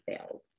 sales